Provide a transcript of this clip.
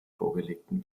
vorgelegten